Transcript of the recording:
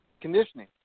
conditioning